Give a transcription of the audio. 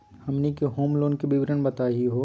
हमनी के home loan के विवरण बताही हो?